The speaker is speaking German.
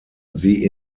sie